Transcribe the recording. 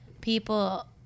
people